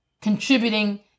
contributing